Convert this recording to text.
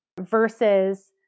versus